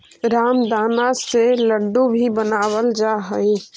रामदाना से लड्डू भी बनावल जा हइ